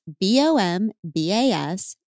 B-O-M-B-A-S